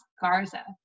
Garza